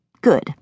Good